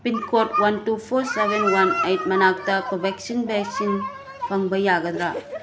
pin code one two four seven one eight ꯃꯅꯥꯛꯇ Covaxin vaccine ꯐꯪꯕ ꯌꯥꯒꯗ꯭ꯔꯥ